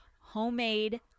homemade